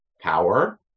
power